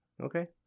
Okay